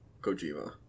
Kojima